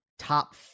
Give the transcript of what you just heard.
Top